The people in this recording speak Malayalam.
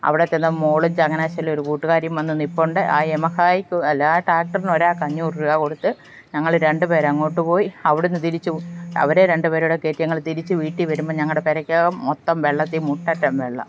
അവിടെ തന്നെ മോൾ ചങ്ങനാശ്ശേരിയിൽ ഒരു കൂട്ടുകാരിയും വന്നു നിൽപ്പുണ്ട് ആ യമഹായ്ക്ക് അല്ല ആ ടാക്ട്രിന് ഒരാൾക്ക് അഞ്ഞൂറ് റൂപാ കൊടുത്ത് ഞങ്ങൾ രണ്ടു പേരും അങ്ങോട്ടു പോയി അവിടെ നിന്നു തിരിച്ചു അവരെ രണ്ട് പേരെയും കയറ്റി ഞങ്ങൾ തിരിച്ചു വീട്ടിൽ വരുമ്പോൾ ഞങ്ങളുടെ പുരയ്ക്കകം മൊത്തം വെള്ളത്തിൽ മുട്ടറ്റം വെള്ളം